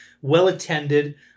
well-attended